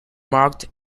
marked